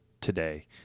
today